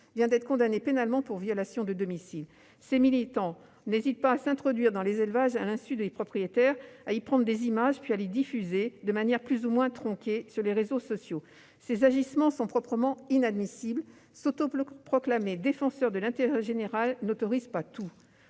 vient d'être condamnée pénalement pour violation de domicile. Ses militants n'hésitent pas à s'introduire dans des élevages à l'insu des propriétaires, à y prendre des images, puis à les diffuser, de manière plus ou moins tronquée, sur les réseaux sociaux. Ces agissements sont proprement inadmissibles. S'autoproclamer défenseur de l'intérêt général n'autorise pas tout.